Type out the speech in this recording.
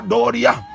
Doria